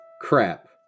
crap